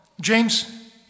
James